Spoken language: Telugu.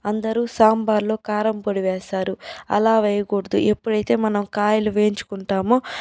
అందరూ సాంబార్లో కారంపొడి వేస్తారు అలా వేయకూడదు ఎప్పుడైతే మనం కాయలు వేయించుకుంటామో